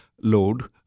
load